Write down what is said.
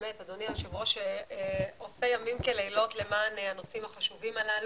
באמת אדוני היושב ראש עושה ימים כלילות למען הנושאים החשובים הללו,